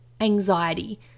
anxiety